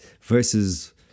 versus